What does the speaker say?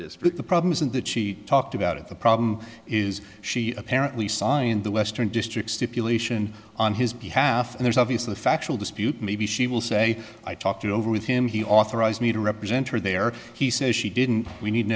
district the problem isn't that she talked about it the problem is she apparently psion the western district stipulation on his behalf and there's obviously a factual dispute maybe she will say i talked it over with him he authorized me to represent her there he says she didn't we need